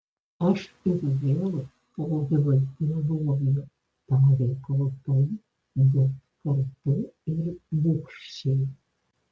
aš ir vėl povilai vėluoju tarė kaltai bet kartu ir bugščiai